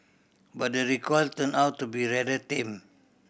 but the recoil turned out to be rather tame